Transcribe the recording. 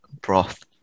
broth